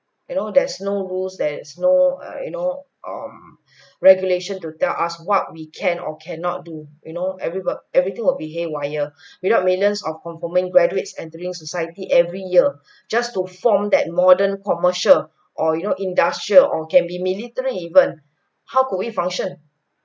you know there's no rules there's no err you know um regulation to tell us what we can or cannot do you know everybo~ everything will be haywire without millions of conforming graduates entering society every year just a form that modern commercial or you know industrial or can be military even how could we function